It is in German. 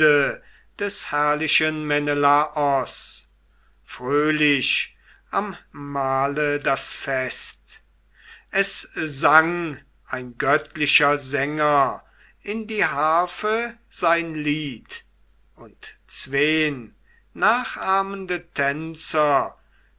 des herrlichen menelaos fröhlich am mahle das fest es sang ein göttlicher sänger in die harfe sein lied und zween nachahmende tänzer